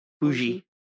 Bougie